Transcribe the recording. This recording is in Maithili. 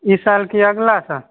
ई साल की अगला साल